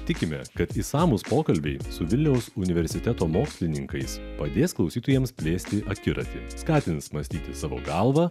tikimės kad išsamūs pokalbiai su vilniaus universiteto mokslininkais padės klausytojams plėsti akiratį skatins mąstyti savo galva